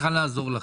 צריכה לעזור לכם.